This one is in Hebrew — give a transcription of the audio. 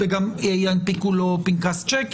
אז אני אבקש מרונן, בבקשה, שיענה.